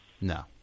no